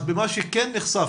אז במה שכן נחשף,